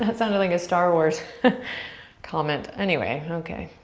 ah but sounded like a star wars comment. anyway, okay.